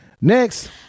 Next